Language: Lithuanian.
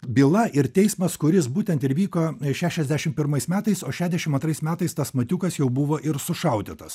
byla ir teismas kuris būtent ir vyko šešiasdešimt pirmais metais o šešiasdešimt antrais metais tas matiukas jau buvo ir sušaudytas